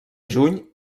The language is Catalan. juny